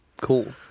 Cool